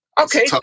Okay